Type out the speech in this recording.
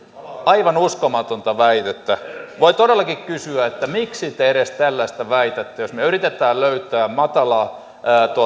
aivan uskomatonta väitettä voi todellakin kysyä miksi te edes tällaista väitätte me yritämme löytää matalaa